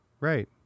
right